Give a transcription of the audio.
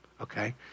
Okay